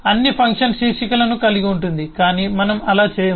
అన్ని ఫంక్షన్ శీర్షికలను కలిగి ఉంటుంది కాని మనం అలా చేయము